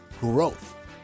growth